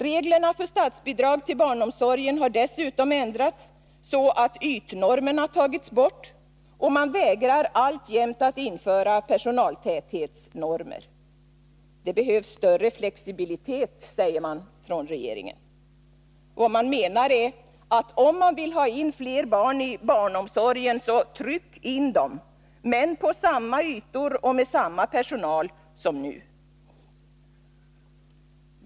Reglerna för statsbidrag till barnomsorgen har dessutom ändrats så att ytnormerna tagits bort, och man vägrar alltjämt att införa personaltäthetsnormer. Det behövs större flexibilitet, säger man från regeringen. Vad man menar är att om man vill ha in fler barn i barnomsorgen, så tryck in dem, men på samma ytor och med samma personal som nu.